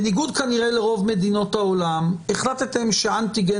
כנראה בניגוד לרוב מדינות העולם החלטתם שאנטיגן